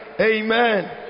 Amen